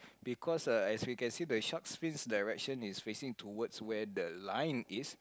because uh as we can see the shark's fin direction is facing towards where the line is